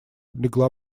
легла